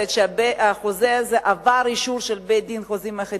שהוא עבר אישור של בית-הדין לחוזים אחידים,